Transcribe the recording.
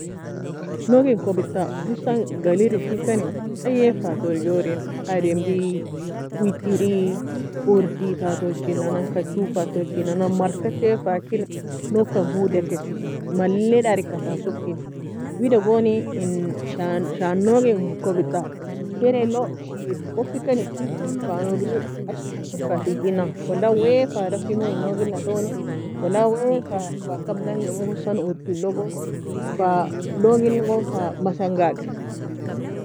Nougei en kobid ta husan galir eskir kani aey fa touri ademri wetiri urtiry fa togchi kag oo fa tochi nan. Markati fa kir noug ka bouda kei malie dari ka fa soki wida gooni en shah sha nouge en kobid ta teray log sheirka kuffi kani nougrei ashri kir fa teague ena ولا way fa daffi mou en noug ena touni ولا way fa kbdange mou husan orti logo, fa nouge en goon masanga agi